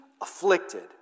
afflicted